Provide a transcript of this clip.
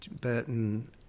Burton